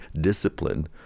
discipline